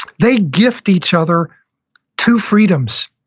they gift each other two freedoms.